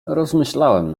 rozmyślałem